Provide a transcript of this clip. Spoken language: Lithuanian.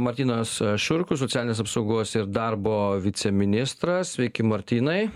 martynas šiurkus socialinės apsaugos ir darbo viceministras sveiki martynai